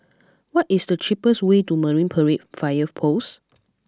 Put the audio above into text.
what is the cheapest way to Marine Parade Fire Post